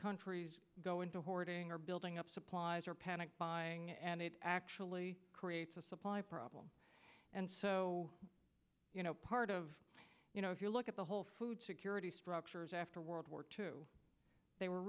countries go into hoarding or building up supplies or panic buying and it actually creates a supply problem and so you know part of you know if you look at the whole food security structures after world war two they were